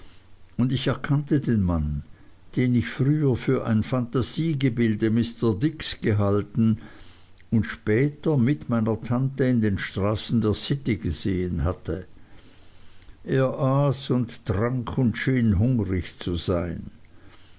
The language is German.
und ich erkannte den mann den ich früher für ein phantasiegebilde mr dicks gehalten und später mit meiner tante in den straßen der city gesehen hatte er aß und trank und schien hungrig zu sein